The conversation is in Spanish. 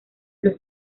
los